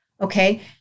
Okay